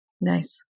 Nice